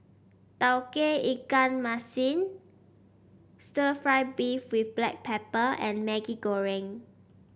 Tauge Ikan Masin stir fry beef with Black Pepper and Maggi Goreng